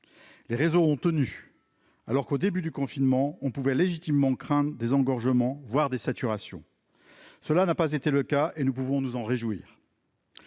Les réseaux ont tenu, alors qu'au début du confinement on pouvait légitimement craindre des engorgements, voire des saturations. Cela n'a pas été le cas, et nous pouvons nous en réjouir.